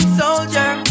soldier